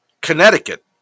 Connecticut